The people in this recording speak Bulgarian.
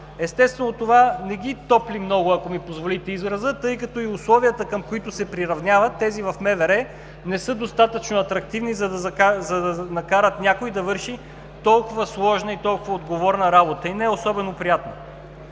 Естествено, това не ги топли много, ако ми позволите израза, тъй като и условията, към които се приравняват тези в МВР, не са достатъчно атрактивни, за да накарат някой да върши толкова сложна, толкова отговорна и не особено приятна